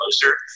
closer